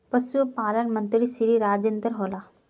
पशुपालन मंत्री श्री राजेन्द्र होला?